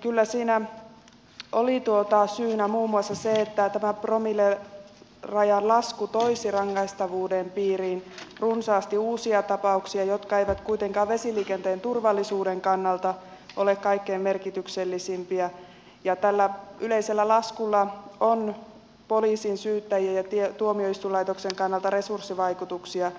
kyllä siinä oli syynä muun muassa se että tämä promillerajan lasku toisi rangaistavuuden piiriin runsaasti uusia tapauksia jotka eivät kuitenkaan vesiliikenteen turvallisuuden kannalta ole kaikkein merkityksellisimpiä ja tällä yleisellä laskulla on poliisin syyttäjien ja tuomioistuinlaitoksen kannalta resurssivaikutuksia